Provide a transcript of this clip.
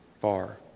far